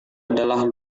adalah